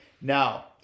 Now